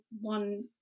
one